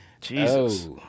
Jesus